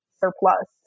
surplus